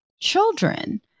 children